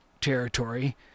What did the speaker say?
territory